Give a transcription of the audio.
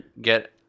get